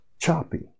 choppy